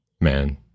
man